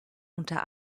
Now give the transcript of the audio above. unter